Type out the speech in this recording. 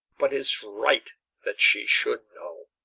but it's right that she should know.